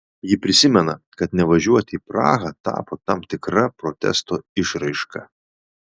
ji prisimena kad nevažiuoti į prahą tapo tam tikra protesto išraiška